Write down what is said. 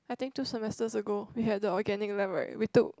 I think two semesters ago we had the organic lab right we took